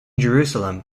jerusalem